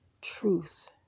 truth